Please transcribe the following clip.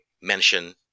mention